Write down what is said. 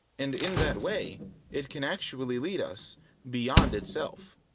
and in that way it can actually lead us beyond itself.